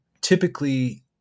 typically